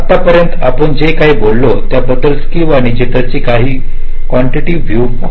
आतापर्यंत आपण जेकाही बोललो त्याबद्दल स्क्क्यूि आणि जिटर ची काही कॉस्क्विटटीव्ह व्ह्यूि पाहू या